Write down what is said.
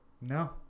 no